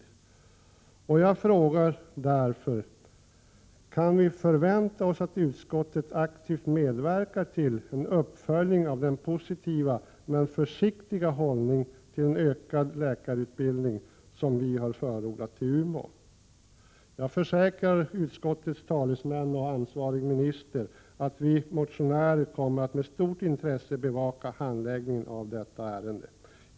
Jag vill därför fråga: Kan vi förvänta oss att utskottet aktivt medverkar till en uppföljning av den positiva men försiktiga hållningen till en utökning av utbildningen av läkare i Umeå? Jag försäkrar utskottets talesmän och ansvarig minister att vi motionärer med stort intresse kommer att bevaka handläggningen av detta ärende.